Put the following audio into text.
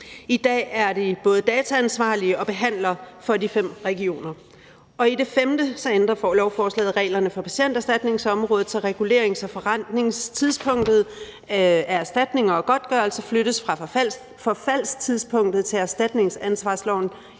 I dag er de både dataansvarlige og behandlere for de fem regioner. For det femte ændrer lovforslaget reglerne for patienterstatningsområdet, så regulerings- og forrentningstidspunktet ved erstatninger og godtgørelser flyttes fra forfaldstidspunktet i erstatningsansvarsloven